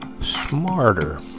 smarter